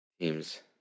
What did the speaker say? teams